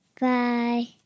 Bye